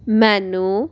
ਮੈਨੂੰ